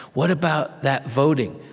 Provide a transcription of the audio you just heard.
what about that voting?